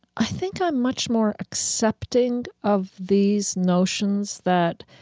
i think i'm much more accepting of these notions that